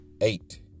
Eight